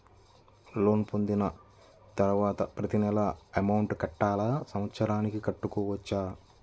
Loan పొందిన తరువాత ప్రతి నెల అమౌంట్ కట్టాలా? సంవత్సరానికి కట్టుకోవచ్చా?